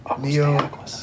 Neo